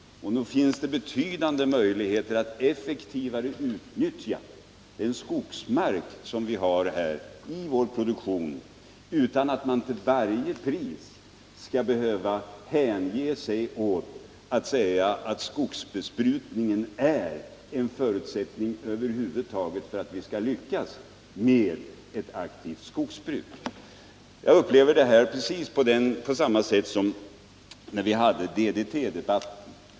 Och nog finns det betydande möjligheter att effektivare utnyttja den skogsmark som vi har i produktionen, utan att man till varje pris skall behöva hänge sig åt att säga: Skogsbesprutningen är en förutsättning för att vi över huvud taget skall lyckas med ett aktivt skogsbruk. Jag upplever det här precis på samma sätt som när vi hade DDT-debatten.